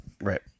right